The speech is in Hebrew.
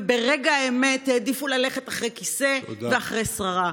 וברגע האמת העדיפו ללכת אחרי כיסא ואחרי שררה.